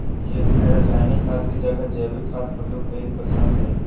खेत में रासायनिक खाद के जगह जैविक खाद प्रयोग कईल पसंद हई